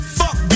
fuck